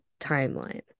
timeline